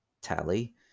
tally